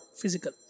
physical